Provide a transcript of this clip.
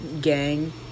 Gang